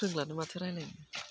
रोंलाबो माथो रायज्लायनो